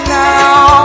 now